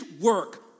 work